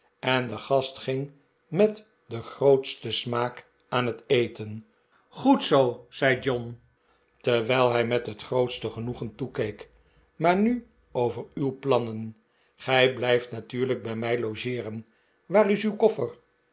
en de gast ging met den grootsten smaak aan het eten goed zoo zei john terwijl hij met het grootste genoegen toekeek maar nu over uw plannen gij blij ft natuurlijk bij mij lo geeren waar is uw koffer